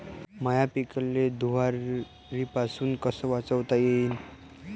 माह्या पिकाले धुयारीपासुन कस वाचवता येईन?